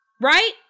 right